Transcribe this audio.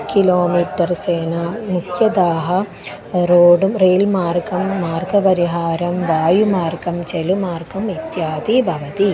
किलोमीटर्सेना मुख्यदाः रोडुं रेल्मार्गं मार्गपरिहारं वायुमार्गं चेलुमार्गम् इत्यादि भवति